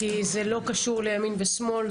כי זה לא קשור לימין ושמאל.